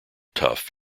tough